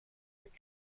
mit